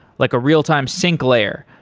like a real time sinclair,